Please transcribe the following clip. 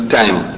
time